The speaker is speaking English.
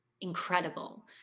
incredible